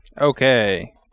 Okay